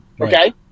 Okay